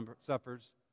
suffers